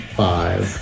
five